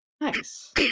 Nice